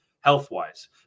health-wise